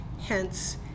Hence